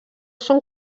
són